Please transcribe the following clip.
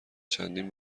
چندین